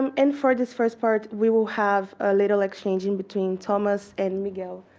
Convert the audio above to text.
um and for this first part, we will have a little exchange in between thomas and miguel.